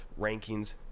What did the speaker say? rankings